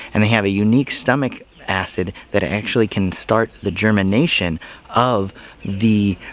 and they have a unique stomach acid that actually can start the germination of the